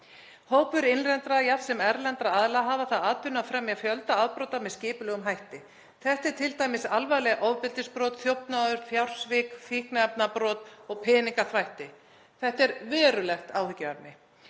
Hópur innlendra jafnt sem erlendra aðila hefur það að atvinnu að fremja fjölda afbrota með skipulögðum hætti. Þetta eru t.d. alvarleg ofbeldisbrot, þjófnaður, fjársvik, fíkniefnabrot og peningaþvætti. Þetta er verulegt áhyggjuefni.